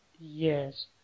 Yes